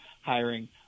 hiring